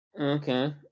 Okay